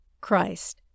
Christ